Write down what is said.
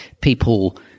people